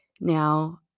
Now